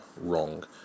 wrong